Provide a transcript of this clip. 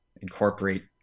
incorporate